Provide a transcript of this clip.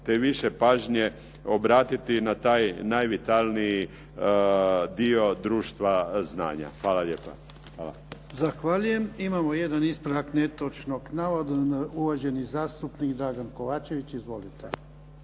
te više pažnje obratiti na taj najvitalniji dio društva znanja. Hvala lijepa.